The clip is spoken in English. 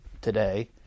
today